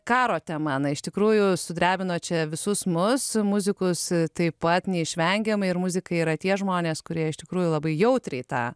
karo tema na iš tikrųjų sudrebino čia visus mus muzikus taip pat neišvengiamai ir muzikai yra tie žmonės kurie iš tikrųjų labai jautriai tą